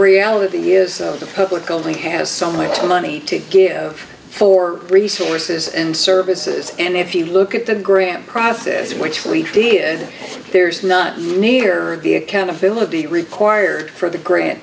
reality is the public only has so much money to give for resources and services and if you look at the graham process which we did there's not near the accountability required for the grant